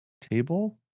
table